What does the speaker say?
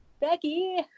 Becky